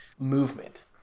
movement